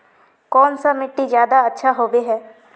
कौन सा मिट्टी ज्यादा अच्छा होबे है?